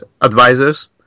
advisors